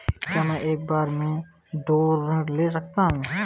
क्या मैं एक बार में दो ऋण ले सकता हूँ?